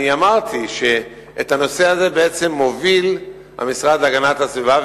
אני אמרתי שאת הנושא הזה בעצם מוביל המשרד להגנת הסביבה,